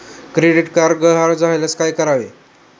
Credit card गहाळ झाल्यास काय करावे?